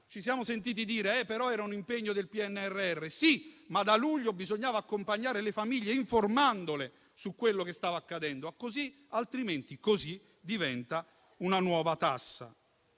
Ci siamo sentiti dire che però era un impegno del PNRR; sì, ma da luglio bisognava accompagnare le famiglie informandole su quello che stava accadendo, altrimenti così diventa un'altra nuova tassa.